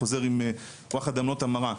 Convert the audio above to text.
חוזר עם וואחד עמלות עמלה,